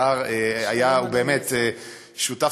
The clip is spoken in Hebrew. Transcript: השר היה, הוא באמת, שלום, אדוני השר.